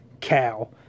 cow